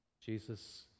Jesus